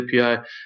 API